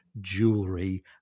jewelry